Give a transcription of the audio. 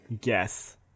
...guess